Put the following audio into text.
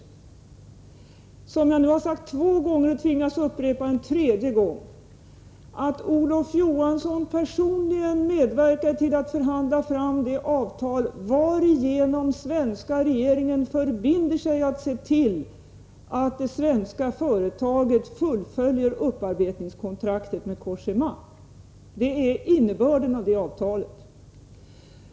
Jag har nu också sagt två gånger, och tvingas upprepa en tredje, att Olof Johansson personligen medverkade till att förhandla fram det avtal varigenom svenska regeringen förbinder sig att se till att det svenska företaget fullföljer upparbetningskontraktet med Cogéma. Det är innebörden av avtalet.